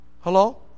Hello